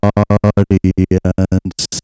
audience